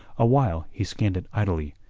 awhile he scanned it idly,